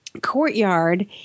courtyard